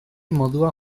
moduan